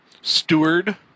steward